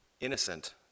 innocent